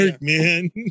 man